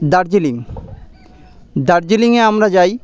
দার্জিলিং দার্জিলিংয়ে আমরা যাই